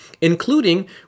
including